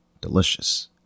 delicious